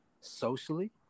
socially